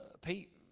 Pete